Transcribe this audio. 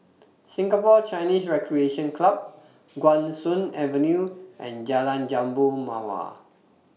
Singapore Chinese Recreation Club Guan Soon Avenue and Jalan Jambu Mawar